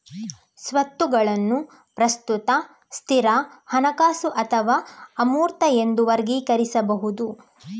ಸ್ವತ್ತುಗಳನ್ನು ಪ್ರಸ್ತುತ, ಸ್ಥಿರ, ಹಣಕಾಸು ಅಥವಾ ಅಮೂರ್ತ ಎಂದು ವರ್ಗೀಕರಿಸಬಹುದು